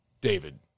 David